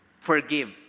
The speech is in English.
forgive